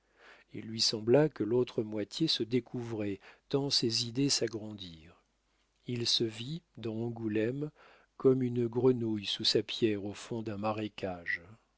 il lui sembla que l'autre moitié se découvrait tant ses idées s'agrandirent il se vit dans angoulême comme une grenouille sous sa pierre au fond d'un marécage